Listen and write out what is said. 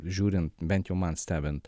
žiūrint bent jau man stebint